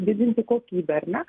didinti kokybę ar ne